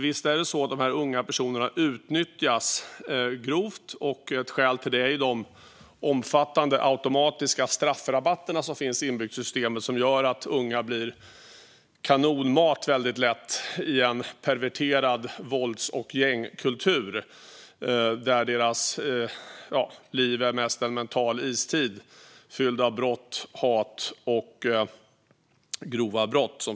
Visst är det så att de här unga personerna utnyttjas grovt. Ett skäl till det är de omfattande automatiska straffrabatter som finns inbyggda i systemet. Det gör att unga väldigt lätt blir kanonmat i en perverterad vålds och gängkultur, där deras liv mest är en mental istid fylld av hat och grova brott.